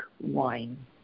wine